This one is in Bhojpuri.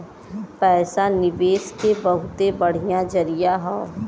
पइसा निवेस के बहुते बढ़िया जरिया हौ